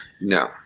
No